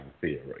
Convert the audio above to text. theory